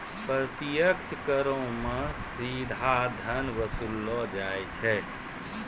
प्रत्यक्ष करो मे सीधा धन वसूललो जाय छै